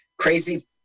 Crazy